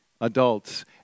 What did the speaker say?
adults